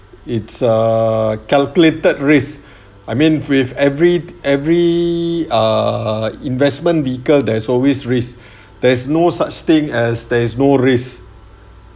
it's a calculated risk I mean with every every ah investment vehicle there's always risk there's no such thing as there is no risk